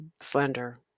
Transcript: slender